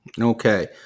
Okay